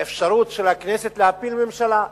באפשרות של הכנסת להפיל ממשלה.